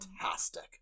fantastic